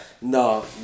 No